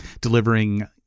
delivering